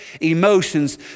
emotions